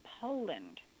Poland